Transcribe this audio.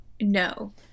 No